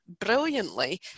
brilliantly